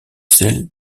celles